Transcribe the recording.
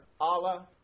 Allah